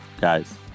guys